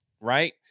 right